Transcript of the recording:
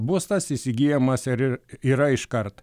būstas įsigyjamas ir ir yra iškart